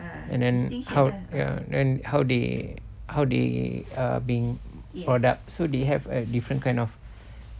and then how ya and how they how they uh being brought up so they a different kind of